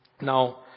Now